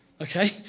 Okay